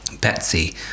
Betsy